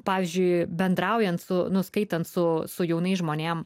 pavyzdžiui bendraujant su nu skaitant su su jaunais žmonėm